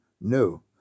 No